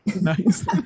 Nice